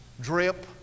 drip